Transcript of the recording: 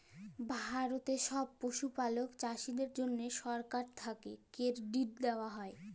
ভারতেললে ছব পশুপালক চাষীদের জ্যনহে সরকার থ্যাকে কেরডিট দেওয়া হ্যয়